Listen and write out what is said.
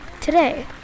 Today